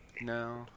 No